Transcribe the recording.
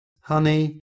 honey